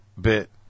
bit